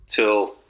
till